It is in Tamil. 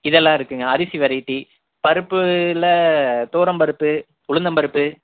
இதெல்லாம் இருக்குங்க அரிசி வெரைட்டி பருப்பில் துவரம் பருப்பு உளுந்தம் பருப்பு